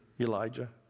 Elijah